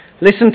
Listen